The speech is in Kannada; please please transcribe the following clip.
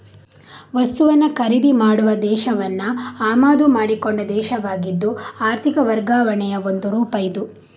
ವಸ್ತುವನ್ನ ಖರೀದಿ ಮಾಡುವ ದೇಶವನ್ನ ಆಮದು ಮಾಡಿಕೊಂಡ ದೇಶವಾಗಿದ್ದು ಆರ್ಥಿಕ ವರ್ಗಾವಣೆಯ ಒಂದು ರೂಪ ಇದು